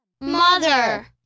Mother